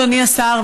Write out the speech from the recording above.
אדוני השר,